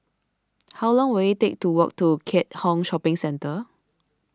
how long will it take to walk to Keat Hong Shopping Centre